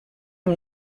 amb